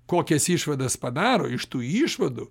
kokias išvadas padaro iš tų išvadų